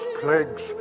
plagues